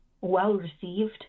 well-received